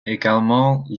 également